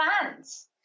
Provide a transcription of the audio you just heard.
fans